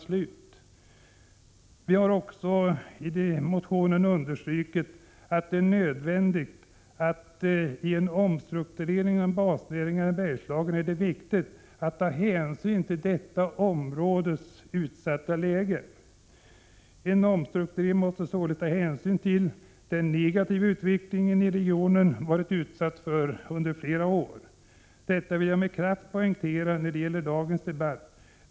I motionen har vi också understrukit att det i samband med en omstrukturering inom basnäringarna i Bergslagen är viktigt att ta hänsyn till områdets utsatta läge. En omstrukturering måste således ta hänsyn till den negativa utveckling regionen varit utsatt för under flera år. Detta vill jag med kraft poängtera i dagens debatt.